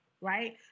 Right